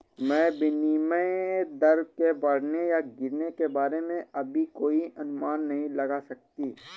मैं विनिमय दर के बढ़ने या गिरने के बारे में अभी कोई अनुमान नहीं लगा सकती